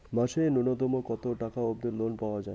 মাসে নূন্যতম কতো টাকা অব্দি লোন পাওয়া যায়?